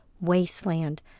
wasteland